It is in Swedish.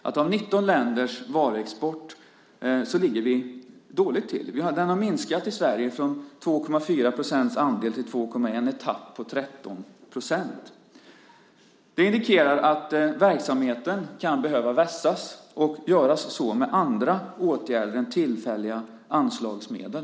Bland 19 länders varuexport ligger vi dåligt till. Den har minskat i Sverige från en andel på 2,4 % till 2,1 %- ett tapp på 13 %. Det indikerar att verksamheten kan behöva vässas, och det med andra åtgärder än tillfälliga anslagsmedel.